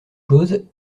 choses